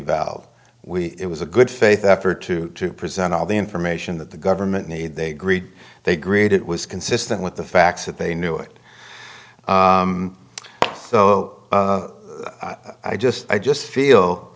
valve it was a good faith effort to present all the information that the government need they greet they greet it was consistent with the facts that they knew it so i just i just feel